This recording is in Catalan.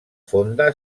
fonda